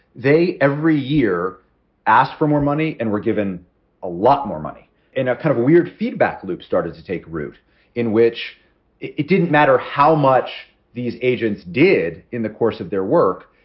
they every year asked for more money and were given a lot more money in a kind of weird feedback loop, started to take root in which it didn't matter how much these agents did in the course of their work,